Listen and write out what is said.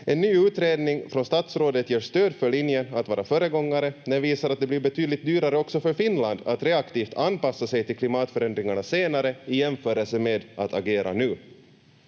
En ny utredning från statsrådet ger stöd för linjen att vara föregångare. Den visar att det blir betydligt dyrare också för Finland att reaktivt anpassa sig till klimatförändringarna senare i jämförelse med att agera nu.